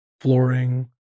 flooring